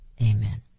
amen